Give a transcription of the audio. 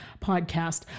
podcast